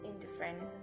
indifference